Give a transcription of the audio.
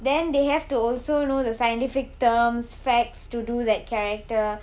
then they have to also know the scientific terms facts to that character